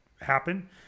happen